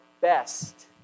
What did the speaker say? best